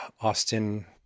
Austin